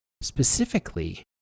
specifically